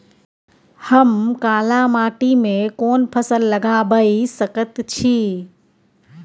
हम काला माटी में कोन फसल लगाबै सकेत छी?